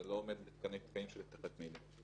זה לא עומד בתקנים של אבטחת מידע.